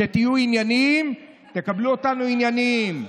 כשתהיו ענייניים, תקבלו אותנו ענייניים.